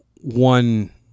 one